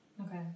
Okay